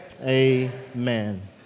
Amen